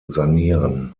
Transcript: sanieren